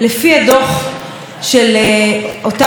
ומדובר באמת במומחים המובילים ביותר בעולם,